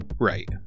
right